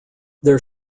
their